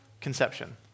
conception